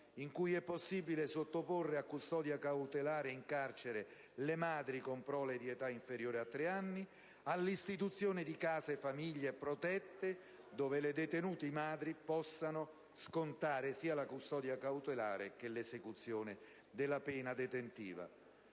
in cui è possibile sottoporre a custodia cautelare in carcere le madri con prole di età inferiore a tre anni; all'istituzione di case famiglia protette dove le detenute madri possano scontare sia la custodia cautelare sia l'esecuzione della pena detentiva.